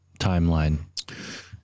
timeline